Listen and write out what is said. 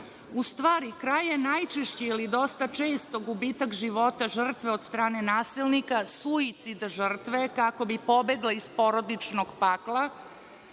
U stvari, kraj je najčešći ili dosta često gubitak života žrtve od strane nasilnika, suicid žrtve kako bi pobegla iz porodičnog pakla,